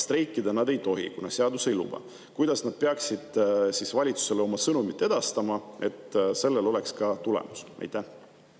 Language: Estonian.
Streikida nad ei tohi, kuna seadus ei luba. Kuidas nad peaksid valitsusele oma sõnumi edastama, et sellel oleks ka tulemus? Aitäh!